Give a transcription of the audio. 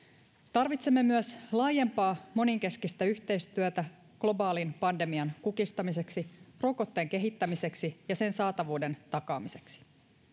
tarvitsemme myös laajempaa monenkeskistä yhteistyötä globaalin pandemian kukistamiseksi rokotteen kehittämiseksi ja sen saatavuuden takaamiseksi